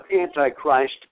Antichrist